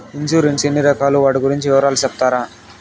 Insurance ఎన్ని రకాలు వాటి గురించి వివరాలు సెప్తారా?